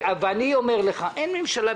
ואני אומר לך: אין ממשלה,